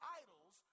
idols